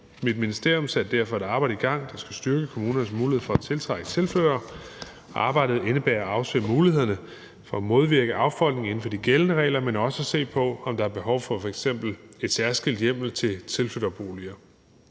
Mit ministerium satte derfor et arbejde i gang, der skal styrke kommunernes mulighed for at tiltrække tilflyttere. Arbejdet indebærer at afsøge mulighederne for at modvirke affolkning inden for de gældende regler, men også at se på, om der er behov for f.eks. en særskilt hjemmel til tilflytterboliger.